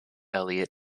elliot